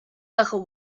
bajo